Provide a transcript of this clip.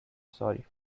sorry